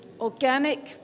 organic